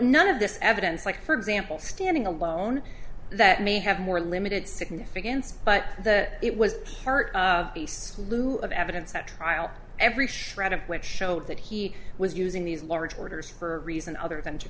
none of this evidence like for example standing alone that may have more limited significance but that it was part of the slew of evidence at trial every shred of which showed that he was using these large orders for a reason other than to